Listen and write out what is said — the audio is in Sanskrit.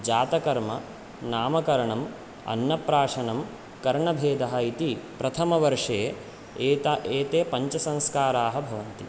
जातकर्मा नामकरणम् अन्नप्राशनं कर्णवेधः इति प्रथमवर्षे एता एते पञ्चसंस्काराः भवन्ति